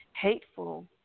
hateful